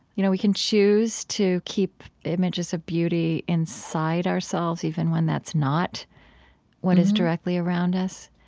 you know, we can choose to keep images of beauty inside ourselves even when that's not what is directly around us.